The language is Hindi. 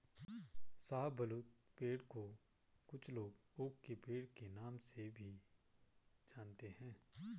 शाहबलूत पेड़ को कुछ लोग ओक के पेड़ के नाम से भी जानते है